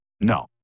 No